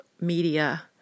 media